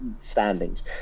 standings